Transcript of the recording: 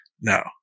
no